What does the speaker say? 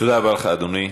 תודה, אדוני.